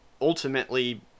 ultimately